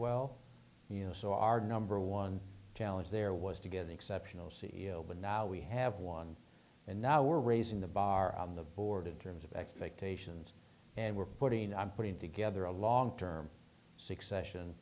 know so our number one challenge there was to get the exceptional c e o but now we have one and now we're raising the bar on the board in terms of expectations and we're putting i'm putting together a long term succession